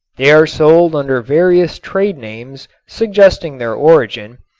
they are sold under various trade names suggesting their origin,